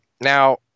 Now